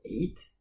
eight